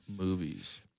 movies